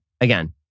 again